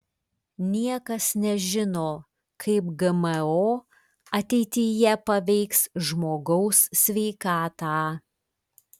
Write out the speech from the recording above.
niekas nežino kaip gmo ateityje paveiks žmogaus sveikatą